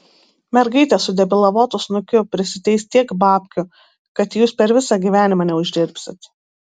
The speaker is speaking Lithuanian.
mergaitė su debilavotu snukiu prisiteis tiek babkių kad jūs per visą gyvenimą neuždirbsit